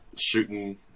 shooting